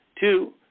Two